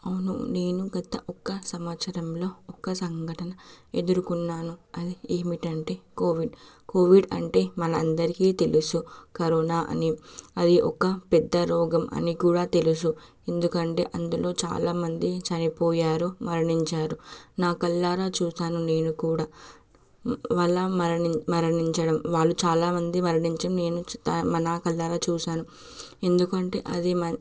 అవును నేను గత ఒక్క సంవత్సరంలో ఒక సంఘటన ఎదురుకున్నాను అది ఏమిటంటే కోవిడ్ కోవిడ్ అంటే మన అందరికీ తెలుసు కరోనా అని అది ఒక పెద్ద రోగం అని కూడా తెలుసు ఎందుకంటే అందులో చాలామంది చనిపోయారు మరణించారు నా కళ్ళారా చూసాను నేను కూడా వాళ్ళు మరణిం మరణించడం వాళ్ళు చాలామంది మరణించడం నేను చ్ నా కళ్ళారా చూసాను ఎందుకంటే అది మన